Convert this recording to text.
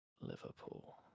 Liverpool